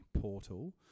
portal